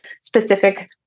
specific